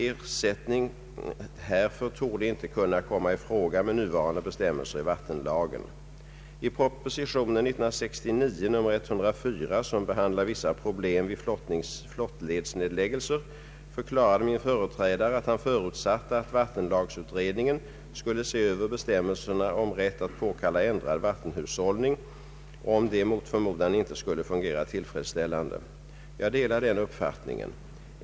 Ersättning härför torde inte kunna komma i fråga med nuvarande bestämmelser i vattenlagen. I proposition nr 104 år 1969, som behandlar vissa problem vid flottledsnedläggelser, förklarade min företrädare att han förutsatte att vattenlagsutredningen skulle se över bestämmelserna om rätt att påkalla ändrad vattenhushållning, om de mot förmodan inte skulle fungera tillfredsställande. Jag delar den uppfattningen.